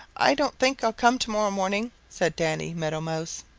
i don't think i'll come to-morrow morning, said danny meadow mouse.